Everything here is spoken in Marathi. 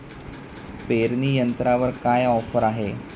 पेरणी यंत्रावर काय ऑफर आहे?